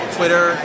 Twitter